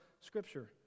Scripture